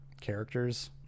characters